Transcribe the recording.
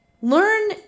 Learn